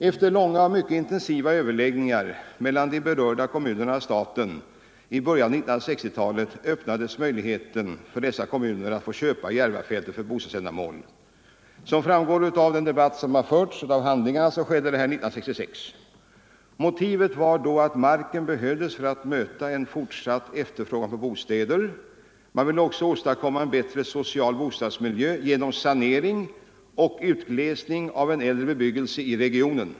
Efter långa och mycket intensiva överläggningar mellan de berörda kommunerna och staten i början av 1960-talet öppnades möjligheten för dessa kommuner att få köpa Järvafältet för bostadsändamål. Som framgår av den debatt som har förts och av handlingarna skedde detta 1966. Motivet var då att marken behövdes för att möta en fortsatt efterfrågan på bostäder. Man ville också åstadkomma en bättre social bostadsmiljö genom planering och utglesning av en äldre bebyggelse i regionen.